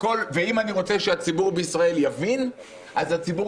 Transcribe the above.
ואם אני רוצה שהציבור בישראל יבין אז הציבור